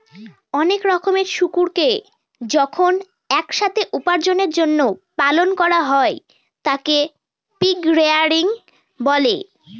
অনেক রকমের শুকুরকে যখন এক সাথে উপার্জনের জন্য পালন করা হয় তাকে পিগ রেয়ারিং বলে